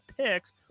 picks